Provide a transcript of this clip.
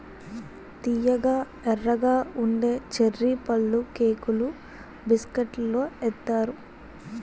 తియ్యగా ఎర్రగా ఉండే చర్రీ పళ్ళుకేకులు బిస్కట్లలో ఏత్తారు